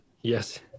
Yes